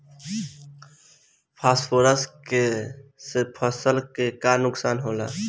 Phosphorus के से फसल के का नुकसान होला?